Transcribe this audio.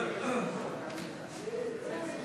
תודה,